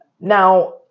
Now